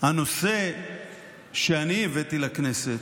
הנושא שאני הבאתי לכנסת,